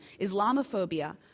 Islamophobia